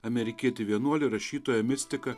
amerikietį vienuolį rašytoją mistiką